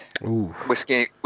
Whiskey